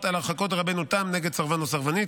על הרחקות דרבנו תם נגד סרבן או סרבנית,